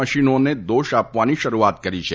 મશીનોને દોષ આપવાની શરૂઆત કરી છે